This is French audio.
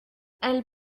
elles